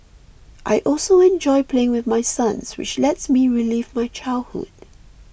I also enjoy playing with my sons which lets me relive my childhood